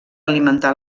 alimentar